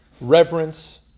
reverence